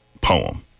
poem